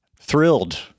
thrilled